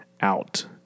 out